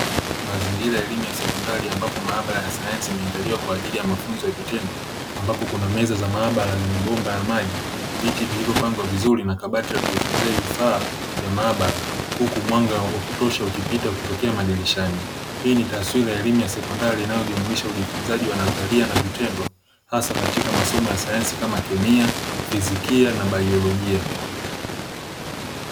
Mazingira ya elimu ya sekondari ambapo maabara ya sayansi imeandaliwa kwa ajili ya mafunzo ya vitendo, ambapo kuna meza za maabara zenye bomba la maji, viti vilivyopangwa vizuri na kabati la kuhifadhia vifaa vya maabara, huku mwanga wa kutosha ukipita kutokea madirishani. Hii ni taswira ya elimu ya sekondari inayojumuisha ujifunzaji wa nadharia na vitendo, hasa katika masomo ya sayansi kama kemia, fizikia na baiolojia.